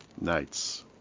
Nights